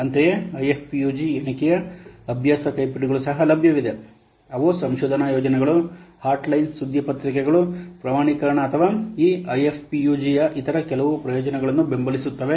ಅಂತೆಯೇ ಐಎಫ್ಪಿಯುಜಿ ಎಣಿಕೆಯ ಅಭ್ಯಾಸ ಕೈಪಿಡಿಗಳು ಸಹ ಲಭ್ಯವಿದೆ ಅವು ಸಂಶೋಧನಾ ಯೋಜನೆಗಳು ಹಾಟ್ಲೈನ್ ಸುದ್ದಿ ಪತ್ರಿಕೆಗಳು ಪ್ರಮಾಣೀಕರಣ ಅಥವಾ ಈ ಐಎಫ್ಪಿಯುಜಿಯ ಇತರ ಕೆಲವು ಪ್ರಯೋಜನಗಳನ್ನು ಬೆಂಬಲಿಸುತ್ತವೆ